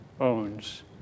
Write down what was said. owns